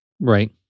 right